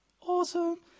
awesome